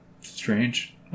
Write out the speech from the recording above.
Strange